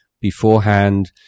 beforehand